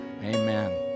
amen